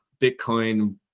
bitcoin